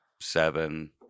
seven